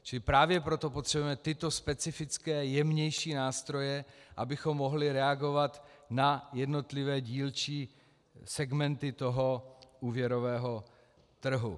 Čili právě proto potřebujeme tyto specifické jemnější nástroje, abychom mohli reagovat na jednotlivé dílčí segmenty toho úvěrového trhu.